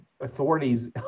authorities